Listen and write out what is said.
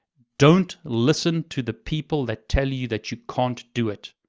don't listen to the people that tell you that you can't do it.